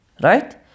right